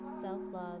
self-love